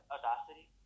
Audacity